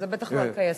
זה בטח לא על כייסות.